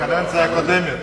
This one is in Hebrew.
מהקדנציה הקודמת.